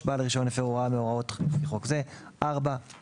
בעל הרישיון הפר הוראה מההוראות לפי חוק זה; בעל